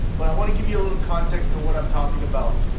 but i wanna give you a little context on what i'm talking about.